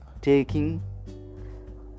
taking